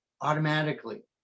automatically